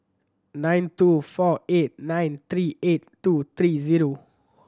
nine two four eight nine three eight two three zero